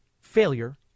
failure